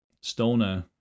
Stoner